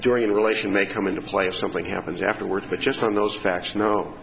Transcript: during in relation may come into play if something happens afterwards but just on those facts no